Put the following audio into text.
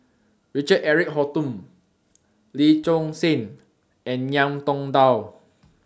Richard Eric Holttum Lee Choon Seng and Ngiam Tong Dow